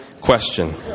question